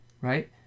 right